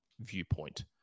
viewpoint